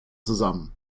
zusammen